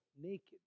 naked